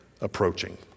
approaching